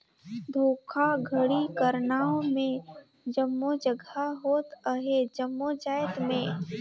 धोखाघड़ी कर नांव में जम्मो जगहा होत अहे जम्मो जाएत में